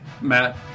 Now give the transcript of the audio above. Matt